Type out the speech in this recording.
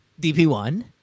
DP1